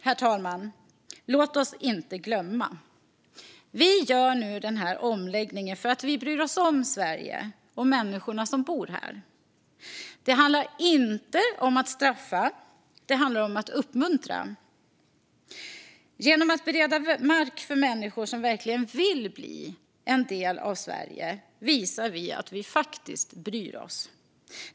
Till sist: Låt oss inte glömma. Vi gör nu denna omläggning för att vi bryr oss om Sverige och om människorna som bor här. Det handlar inte om att straffa. Det handlar om att uppmuntra. Genom att bereda mark för människor som verkligen vill bli en del av Sverige visar vi att vi faktiskt bryr oss.